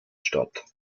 statt